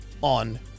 on